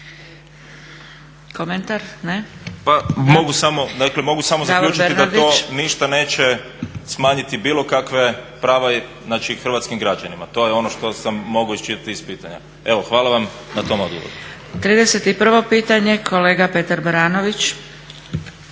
mogu samo, dakle mogu samo zaključiti da to ništa neće smanjiti bilo kakve prava znači hrvatskim građanima. To je ono što sam mogao iščitati iz pitanja. Evo hvala vam na tom odgovoru. **Zgrebec, Dragica